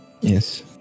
Yes